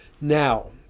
Now